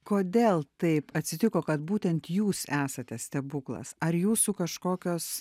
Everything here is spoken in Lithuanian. kodėl taip atsitiko kad būtent jūs esate stebuklas ar jūsų kažkokios